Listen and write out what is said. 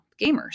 gamers